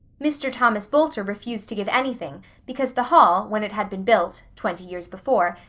mr. thomas boulter refused to give anything because the hall, when it had been built, twenty years before,